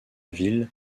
ville